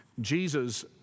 Jesus